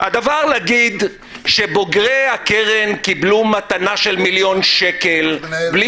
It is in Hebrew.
להגיד שבוגרי הקרן קיבלו מתנה של מיליון שקל בלי